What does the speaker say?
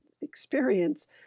experience